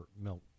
milk